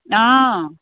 অঁ